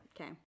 Okay